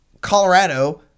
Colorado